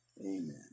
Amen